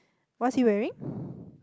what's he wearing